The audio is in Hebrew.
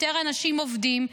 יותר אנשים עובדים,